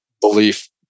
belief